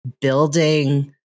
building